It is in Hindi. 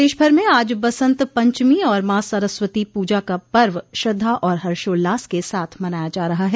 प्रदेशभर में आज बसन्त पंचमी और मां सरस्वती पूजा का पर्व श्रद्वा और हर्षोल्लास के साथ मनाया जा रहा है